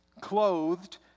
clothed